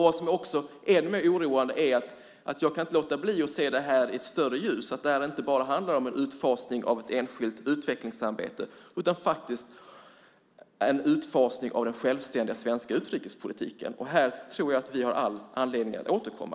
Jag kan inte låta bli att se det här i ett större sammanhang, att det här inte bara handlar om en utfasning av ett enskilt utvecklingsarbete utan också om en utfasning av den självständiga svenska utrikespolitiken. Här tror jag att vi har all anledning att återkomma.